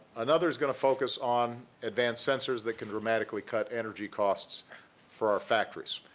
another's going to focus on advanced sensors that can dramatically cut energy costs for our factories.